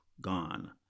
gone